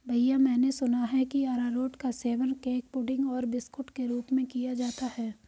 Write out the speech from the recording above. भैया मैंने सुना है कि अरारोट का सेवन केक पुडिंग और बिस्कुट के रूप में किया जाता है